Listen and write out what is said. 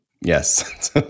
Yes